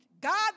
God